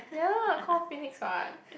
ya call Phoenix [what]